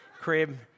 crib